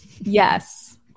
Yes